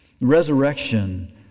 Resurrection